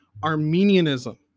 Armenianism